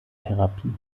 therapie